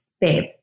babe